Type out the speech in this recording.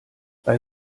bei